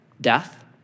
Death